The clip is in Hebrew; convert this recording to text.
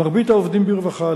מרבית העובדים ברווחה,